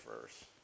first